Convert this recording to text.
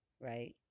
right